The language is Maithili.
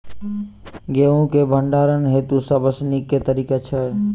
गेंहूँ केँ भण्डारण हेतु सबसँ नीक केँ तरीका छै?